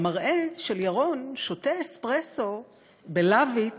והמראה של ירון שותה אספרסו ב-loveat